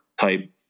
type